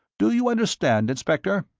do you understand, inspector?